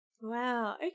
wow